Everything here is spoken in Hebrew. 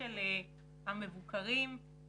של הוועדה בהצגה של המבקר ואנשי משרדו את דרכי הפעילות,